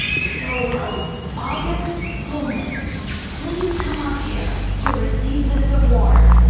so will august pullman please come up here to receive this award?